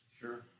Sure